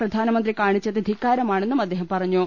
പ്രധാനമന്ത്രി കാണിച്ചത് ധിക്കാ രമാണെന്നും അദ്ദേഹം പറഞ്ഞു